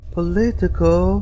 Political